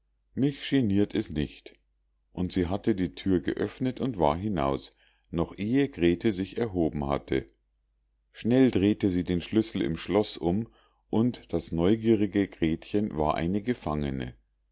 mich geniert es nicht und sie hatte die thür geöffnet und war hinaus noch ehe grete sich erhoben hatte schnell drehte sie den schlüssel im schloß um und das neugierige gretchen war eine gefangene